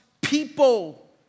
people